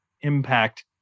impact